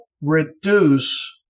reduce